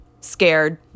scared